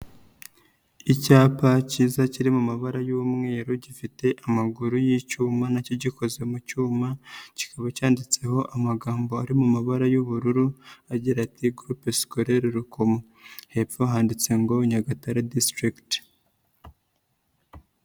Icyapa cyiza kiri mu mabara y'umweru ,gifite amaguru y'icyuma ,na cyo gikoze mu cyuma, kikaba cyanditseho amagambo ari mu mabara y'ubururu, agira ati groupe scolaire Rukomo ,hepfo handitse ngo Nyagatare district.